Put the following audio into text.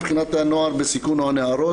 מבחינת הנוער בסיכון או הנערות,